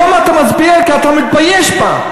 היום אתה מצביע כי אתה מתבייש בזה,